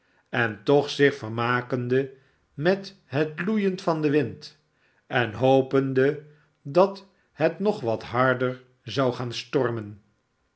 en toch zich vermakende met het loeien van den wind en hopende dat het nog wat harder zcu gaan stormen